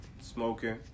smoking